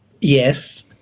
Yes